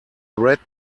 red